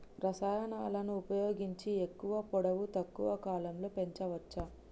రసాయనాలను ఉపయోగించి ఎక్కువ పొడవు తక్కువ కాలంలో పెంచవచ్చా?